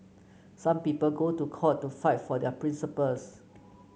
some people go to court to fight for their principles